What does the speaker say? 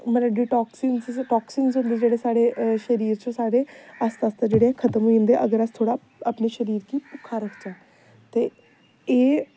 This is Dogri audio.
मतलब डिटाॅक्सिंग टांक्सिग होंदे जेह्ड़े शरीर च साढ़े अस आस्तै आस्तै जेह्ड़े खतम होई जंदे अगर अस थोह्ड़ा अपने शरीर गी भुक्खा रखचै ते एह्